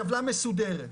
טבלה מסודרת.